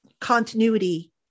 continuity